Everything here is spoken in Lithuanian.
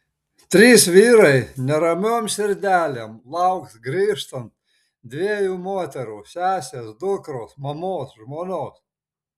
trys vyrai neramiom širdelėm lauks grįžtant dviejų moterų sesės dukros mamos žmonos